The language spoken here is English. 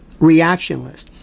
reactionless